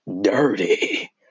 Dirty